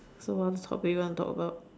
so what topic do you want to talk about